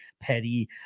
petty